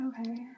okay